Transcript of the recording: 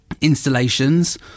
installations